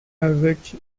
avec